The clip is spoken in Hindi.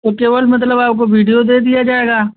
तो केवल मतलब आपको वीडियो दे दिया जाएगा